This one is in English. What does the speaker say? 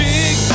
big